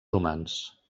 humans